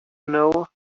know